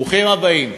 ברוכים הבאים.